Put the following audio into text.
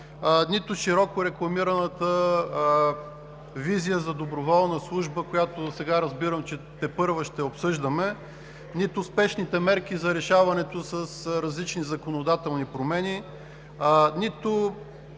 нито широко рекламираната визия за доброволна служба, която сега разбирам, че тепърва ще обсъждаме; нито спешните мерки за решаването с различни законодателни промени; нито